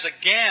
again